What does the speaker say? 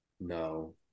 No